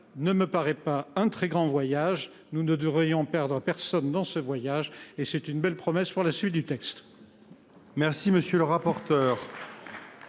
ne me paraît pas un très grand voyage. Nous ne devons perdre personne dans ce voyage et c’est une belle promesse pour la suite du texte